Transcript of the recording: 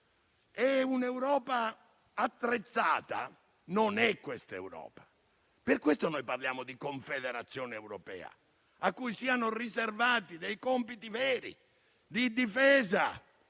un Europa attrezzata. Non è questa Europa, per questo noi parliamo di confederazione europea, a cui siano riservati dei compiti veri di difesa,